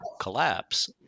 collapse